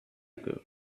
ago